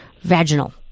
vaginal